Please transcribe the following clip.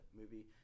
movie